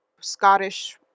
Scottish